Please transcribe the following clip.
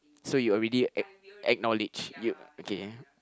so you already ack~ acknowledge you okay